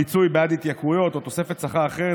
פיצוי בעד התייקרויות או תוספת שכר אחרת,